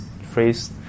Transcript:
phrase